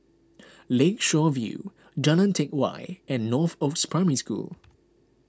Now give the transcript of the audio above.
Lakeshore View Jalan Teck Whye and Northoaks Primary School